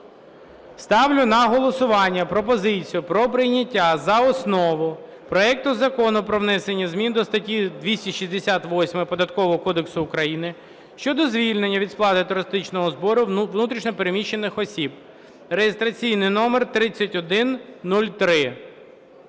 Ставлю на голосування пропозицію про прийняття за основу проекту Закону про внесення змін до статті 268 Податкового кодексу України щодо звільнення від сплати туристичного збору внутрішньо переміщених осіб (реєстраційний номер 3103).